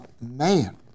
man